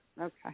Okay